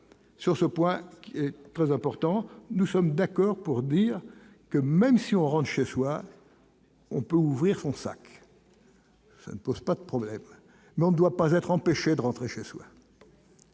sur ce point très important, nous sommes d'accord pour dire que même si on rentre chez soi. On peut ouvrir son sac. ça ne pose pas de problème, mais on doit pas être empêchés de rentrer chez soi,